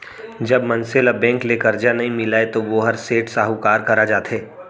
जब मनसे ल बेंक ले करजा नइ मिलय तो वोहर सेठ, साहूकार करा जाथे